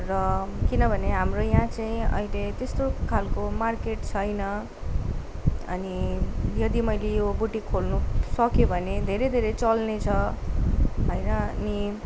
र किनभने हाम्रो यहाँ चाहिँ अहिले त्यस्तो खालको मार्केट छैन अनि यदि मैले यो बुटिक खोल्नु सकेँ भने घेरै घेरै चल्ने छ होइन अनि